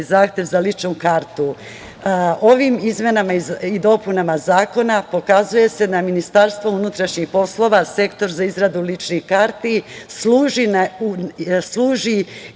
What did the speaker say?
zahtev za ličnu kartu. Ovim izmenama i dopunama zakona pokazuje se na Ministarstvo unutrašnjih poslova, Sektor za izradu ličnih karata, služi